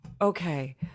okay